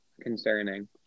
concerning